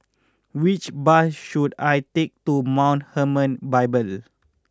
which bus should I take to Mount Hermon Bible